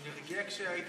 הוא הגיע כשהיית